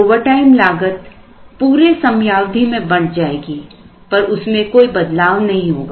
overtime लागत पूरे समयावधि में बंट जाएगी पर उसमें कोई बदलाव नहीं होगा